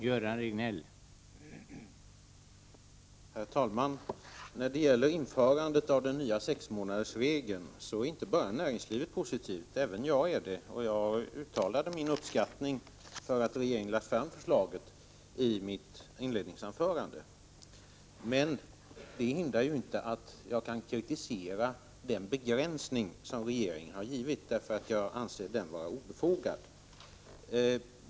Herr talman! Det är inte bara näringslivet som är positivt till införandet av den nya sexmånadersregeln, utan även jag är det. Jag uttalade i mitt inledningsanförande min uppskattning över att regeringen lade fram förslaget. Detta hindrar dock inte att jag kan kritisera den begränsning som regeringen har givit regeln, därför att jag anser att den är obefogad.